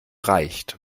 reicht